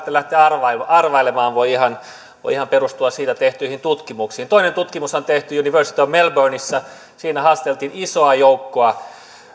lähteä arvailemaan se voi perustua ihan siitä tehtyihin tutkimuksiin toinen tutkimus on tehty university of melbournessa siinä haastateltiin isoa joukkoa